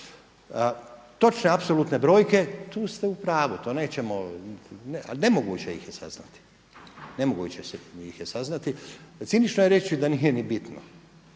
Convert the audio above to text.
Točne apsolutne brojke tu ste u pravu, to nećemo ali nemoguće ih je saznati, nemoguće ih je saznati.